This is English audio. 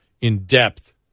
in-depth